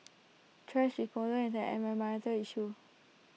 thrash disposal is an environmental issue